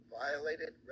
violated